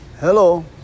hello